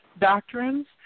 doctrines